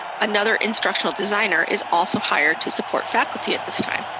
another instructional designer is also hired to support faculty at this time.